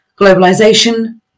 globalisation